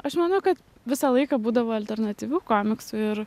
aš manau kad visą laiką būdavo alternatyvių komiksų ir